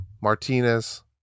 Martinez